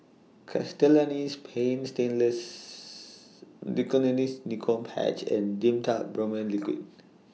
Castellani's Paint Stainless Nicotinell Nicotine Patch and Dimetapp Brompheniramine Liquid